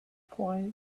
quiet